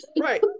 right